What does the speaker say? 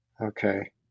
okay